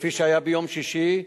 כפי שהיה ביום שישי,